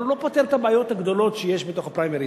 אבל לא פותר את הבעיות הגדולות שיש בפריימריז,